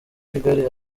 kigali